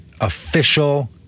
official